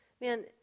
Man